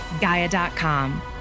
Gaia.com